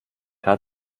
hat